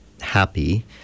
happy